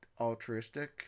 altruistic